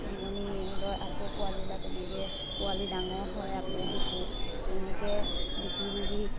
উমনি লয় আকৌ পোৱালি ওলায় তেনেকৈ পোৱালি ডাঙৰ হয় আকৌ বিকোঁ তেনেকৈ বিকি বিকি